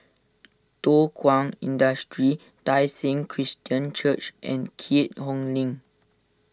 Thow Kwang Industry Tai Seng Christian Church and Keat Hong Link